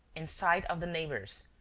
in sight of the neighbours,